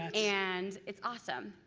and it's awesome.